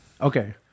Okay